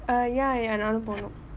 ah ya ya நானும் போனும்:naanum ponum